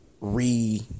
re